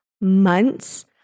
months